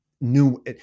new